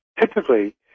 typically